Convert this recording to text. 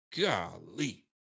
Golly